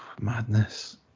Madness